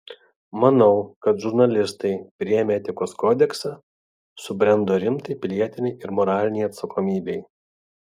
manau kad žurnalistai priėmę etikos kodeksą subrendo rimtai pilietinei ir moralinei atsakomybei